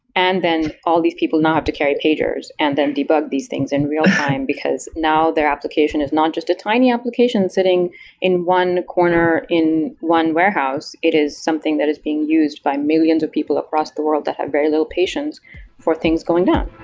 and then all these people now have to carry pagers and then debug these things in real time, because now their application is not just a tiny application sitting in one corner in one warehouse. it is something that is being used by millions of people across the world have very little patience for things going down.